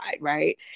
Right